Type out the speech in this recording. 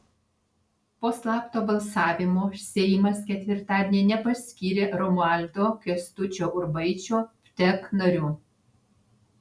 po slapto balsavimo seimas ketvirtadienį nepaskyrė romualdo kęstučio urbaičio vtek nariu